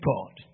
God